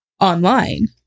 online